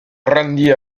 rendit